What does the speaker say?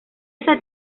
esa